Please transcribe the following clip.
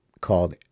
called